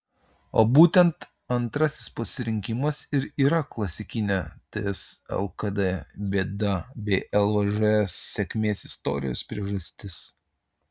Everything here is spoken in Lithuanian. o būtent antrasis pasirinkimas ir yra klasikinė ts lkd bėda bei lvžs sėkmės istorijos priežastis